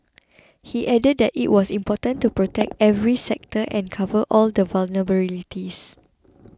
he added that it was important to protect every sector and cover all the vulnerabilities